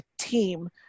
team